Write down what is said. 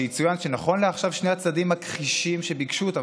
שיצוין שנכון לעכשיו שני הצדדים מכחישים שביקשו אותם,